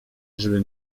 żeby